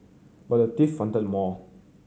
but the thief wanted more